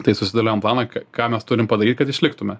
tai susidėliojom planą ką mes turim padaryt kad išliktume